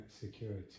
security